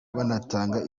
banatanga